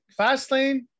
Fastlane